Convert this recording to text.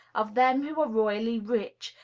of them who are royally rich,